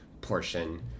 portion